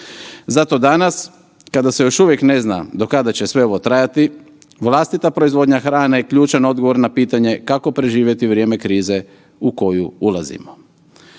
Zato danas kada se još uvijek ne zna do kada će sve ovo trajati, vlastita proizvodnja hrane ključan je odgovor na pitanje, kako preživjeti vrijeme krize u koju ulazimo.